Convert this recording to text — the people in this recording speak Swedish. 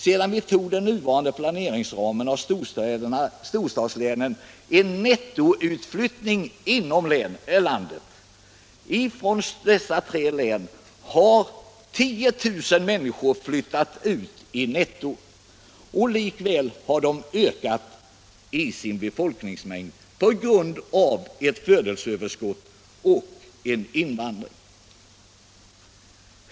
Sedan vi antog den nuvarande planeringsramen har de tre storstadslänen haft en nettoutflyttning på 10000 människor. Likväl har folkmängden i dessa tre län ökat på grund av födelseöverskott och invandring.